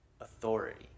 authority